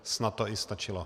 Snad to i stačilo.